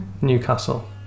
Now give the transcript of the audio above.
Newcastle